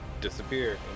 disappear